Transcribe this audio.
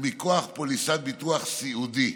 ומכוח פוליסת ביטוח סיעודי.